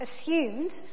assumed